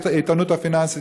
את האיתנות הפיננסית,